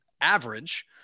average